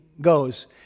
goes